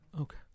Okay